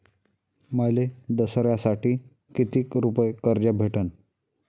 मले दसऱ्यासाठी कितीक रुपये कर्ज भेटन?